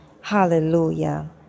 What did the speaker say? hallelujah